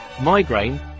migraine